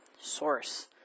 Source